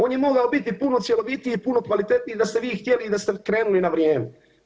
On je mogao biti puno cjelovitiji i puno kvalitetniji da ste vi htjeli i da ste krenuli na vrijeme.